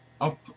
up